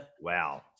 Wow